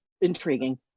intriguing